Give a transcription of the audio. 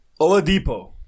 Oladipo